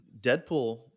Deadpool